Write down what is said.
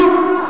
כלום.